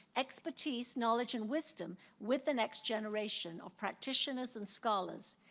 expertise, knowledge, and wisdom with the next generation of practitioners and scholars.